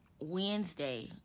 Wednesday